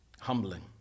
humbling